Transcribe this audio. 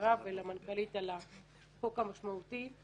לשרה ולמנכ"לית על החוק המשמעותי,